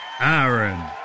Aaron